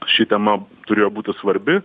ši tema turėjo būti svarbi